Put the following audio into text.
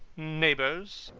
neighbours.